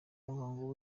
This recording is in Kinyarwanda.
muhango